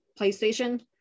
PlayStation